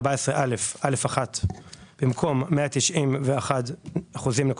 התשפ"ג-2022 "בתוקף סמכותי לפי סעיפים 5,